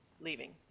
leaving